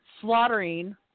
Slaughtering